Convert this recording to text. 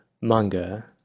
manga